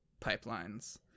pipelines